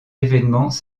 évènements